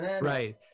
Right